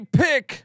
pick